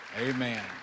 Amen